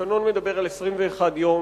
התקנון מדבר על 21 יום.